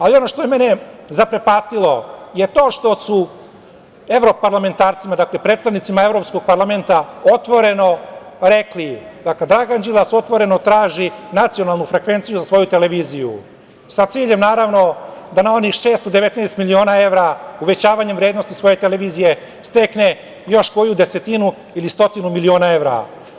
Ono što je mene zaprepastilo je to što su evroparlamentarcima, dakle, predstavnicima Evropskog parlamenta, otvoreno rekli, dakle, Dragan Đilas otvoreno traži nacionalnu frekvenciju za svoju televiziju sa ciljem, naravno, da na onih 619 miliona evra, uvećavanjem vrednosti svoje televizije, stekne još koju desetinu ili stotinu miliona evra.